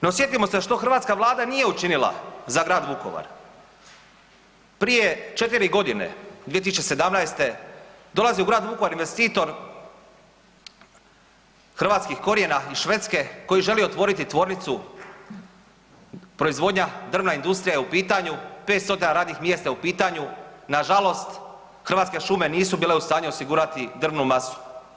No sjetimo se što hrvatska Vlada nije učinila za Grad Vukovar, prije četiri godine 2017. dolazi u Grad Vukovar investitor hrvatskih korijena iz Švedske koji želi otvoriti tvornicu proizvodnja, drvna industrija je u pitanju, 500 radnih mjesta je u pitanju, nažalost Hrvatske šume nisu bile u stanju osigurati drvnu masu.